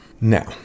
Now